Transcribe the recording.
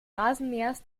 rasenmähers